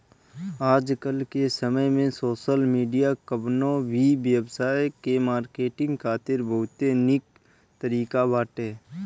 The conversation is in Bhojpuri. आजकाल के समय में सोशल मीडिया कवनो भी व्यवसाय के मार्केटिंग खातिर बहुते निक तरीका बाटे